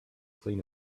clean